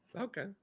Okay